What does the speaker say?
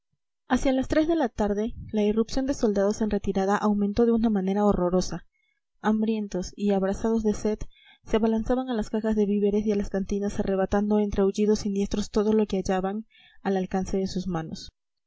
hacia las tres de la tarde la irrupción de soldados en retirada aumentó de una manera horrorosa hambrientos y abrasados de sed se abalanzaban a las cajas de víveres y a las cantinas arrebatando entre aullidos siniestros todo lo que hallaban al alcance de sus manos